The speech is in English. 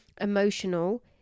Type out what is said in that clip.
Emotional